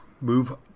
move